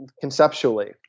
conceptually